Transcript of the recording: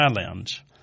lounge